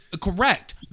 Correct